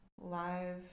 live